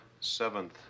seventh